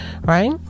right